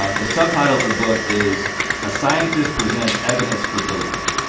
ah the subtitle of the book is a scientist presents evidence for belief.